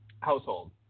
household